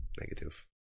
negative